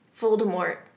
Voldemort